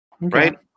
Right